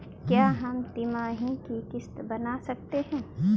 क्या हम तिमाही की किस्त बना सकते हैं?